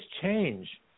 change